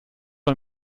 man